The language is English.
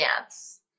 dance